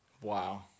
Wow